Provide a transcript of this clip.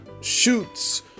shoots